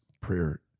prayer